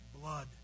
blood